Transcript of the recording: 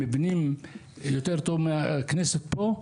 מבנים יותר טובים מהכנסת פה,